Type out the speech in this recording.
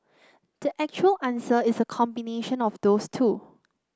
the actual answer is a combination of those two